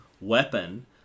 weapon